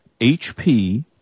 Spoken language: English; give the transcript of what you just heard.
HP